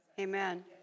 Amen